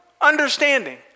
understanding